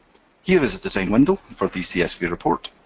here is the design window for the csv report.